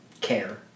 care